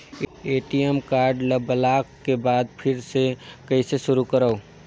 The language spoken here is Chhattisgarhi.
ए.टी.एम कारड ल ब्लाक के बाद फिर ले कइसे शुरू करव?